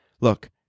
Look